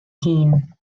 hŷn